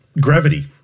Gravity